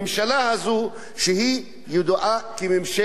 ידועה כממשלת ימין מובהקת,